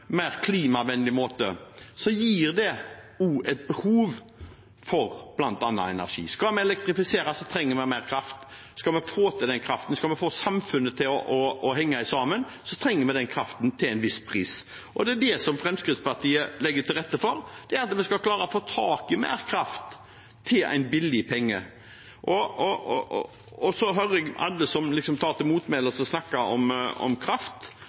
mer klimavennlig måte, vil det også gi et behov for bl.a. energi. Skal vi elektrifisere, trenger vi mer kraft. Skal vi få til den kraften, skal vi få samfunnet til å henge sammen, trenger vi den kraften til en viss pris. Det er det Fremskrittspartiet legger til rette for – at vi skal klare å få tak i mer kraft til en billig penge. Så hører jeg alle som liksom tar til motmæle og snakker om kraft